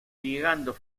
llegando